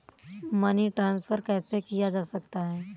Money transfer कैसे किया जा सकता है?